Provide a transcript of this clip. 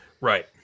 right